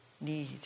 need